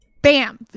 bam